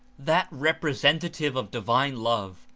that representative of divine love,